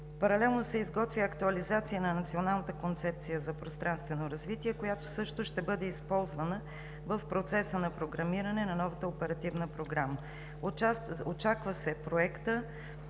Паралелно се изготвя актуализация на Националната концепция за пространствено развитие, която също ще бъде използвана в процеса на програмиране на новата оперативна програма. Очаква се Проектът